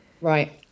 Right